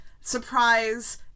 surprise